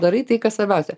darai tai kas svarbiausia